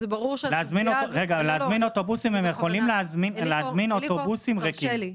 ברור שהסוגיה הזאת --- הם יכולים להזמין אוטובוסים ריקים,